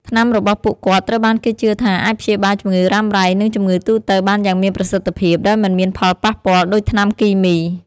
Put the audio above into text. ថ្នាំរបស់ពួកគាត់ត្រូវបានគេជឿថាអាចព្យាបាលជំងឺរ៉ាំរ៉ៃនិងជំងឺទូទៅបានយ៉ាងមានប្រសិទ្ធភាព ដោយមិនមានផលប៉ះពាល់ដូចថ្នាំគីមី។